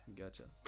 gotcha